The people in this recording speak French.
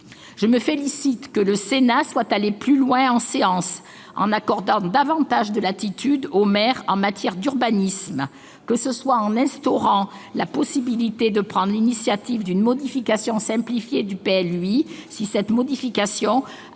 séance plénière, le Sénat soit allé plus loin, en accordant davantage de latitude aux maires en matière d'urbanisme, que ce soit en instaurant à leur profit la possibilité de prendre l'initiative d'une modification simplifiée du PLUI si cette modification